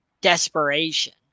desperation